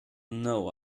know